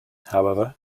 however